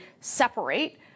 separate